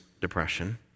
depression